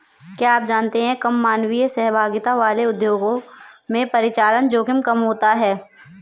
क्या आप जानते है कम मानवीय सहभागिता वाले उद्योगों में परिचालन जोखिम कम होता है?